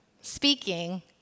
speaking